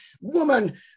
woman